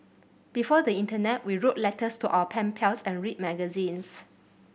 before the internet we wrote letters to our pen pals and read magazines